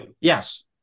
yes